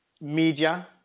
media